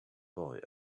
boy